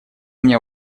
меня